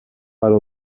para